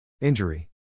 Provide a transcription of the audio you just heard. Injury